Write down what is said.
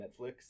Netflix